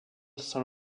saint